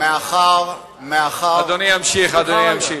אדוני ימשיך.